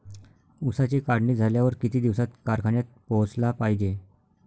ऊसाची काढणी झाल्यावर किती दिवसात कारखान्यात पोहोचला पायजे?